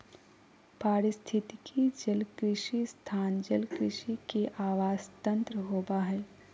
पारिस्थितिकी जलकृषि स्थान जलकृषि के आवास तंत्र होबा हइ